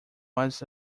was